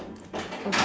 okay